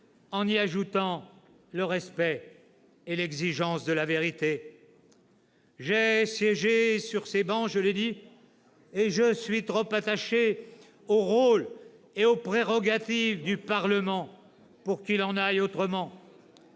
en y ajoutant le respect et l'exigence de la vérité. J'ai siégé sur ces bancs, je l'ai dit, et je suis trop attaché au rôle et aux prérogatives du Parlement pour qu'il en aille autrement.